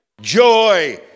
joy